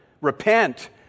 repent